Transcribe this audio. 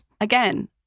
Again